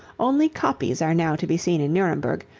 only copies are now to be seen in nuremberg,